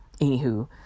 anywho